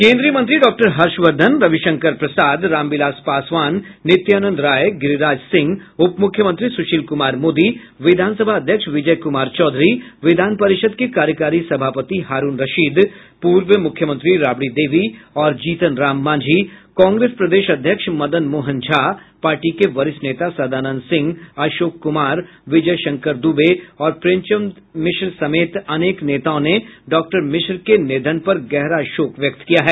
केन्द्रीय मंत्री डॉक्टर हर्षवर्द्वन रविशंकर प्रसाद रामविलास पासवान नित्यानंद राय गिरिराज सिंह उप मुख्यमंत्री सुशील कुमार मोदी विधानसभा अध्यक्ष विजय कुमार चौधरी विधान परिषद् के कार्यकारी सभापति हारूण रशीद पूर्व मुख्यमंत्री राबड़ी देवी और जीतन राम मांझी कांग्रेस प्रदेश अध्यक्ष मदन मोहन झा पार्टी के वरिष्ठ नेता सदानंद सिंह अशोक कुमार विजय शंकर दूबे और प्रेमचंद्र मिश्र समेत अनेक नेताओं ने डॉक्टर मिश्र के निधन पर गहरा शोक व्यक्त किया है